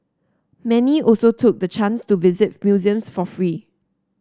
many also took the chance to visit museums for free